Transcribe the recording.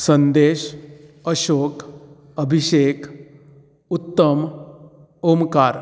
Sandesh Ashok Abhishek Uttam Omkar